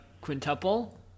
quintuple